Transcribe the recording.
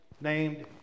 named